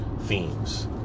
themes